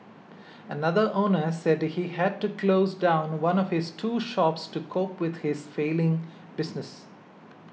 another owner said he had to close down one of his two shops to cope with his failing business